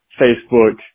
facebook